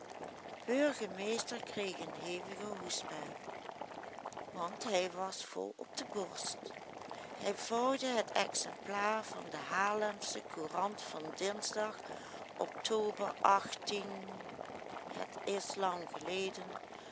burgemeester kreeg een hevige hoestbui want hij was vol op de borst hij vouwde het exemplaar van de haarlemsche courant van dinsdag october het is lang geleden